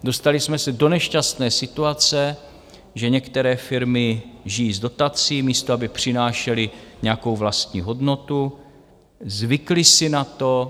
Dostali jsme se do nešťastné situace, že některé firmy žijí z dotací, místo aby přinášely nějakou vlastní hodnotu, zvykly si na to.